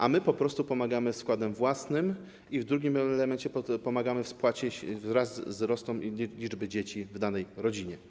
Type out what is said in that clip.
A my po prostu pomagamy z wkładem własnym i w drugim elemencie pomagamy w spłacie wraz ze wzrostem liczby dzieci w danej rodzinie.